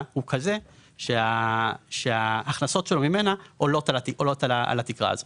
הוא כזה שההכנסות שלו ממנה עולות על התקרה הזו.